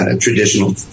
traditional